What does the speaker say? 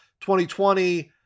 2020